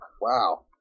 Wow